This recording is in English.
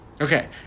Okay